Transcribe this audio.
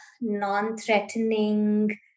non-threatening